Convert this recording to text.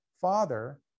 Father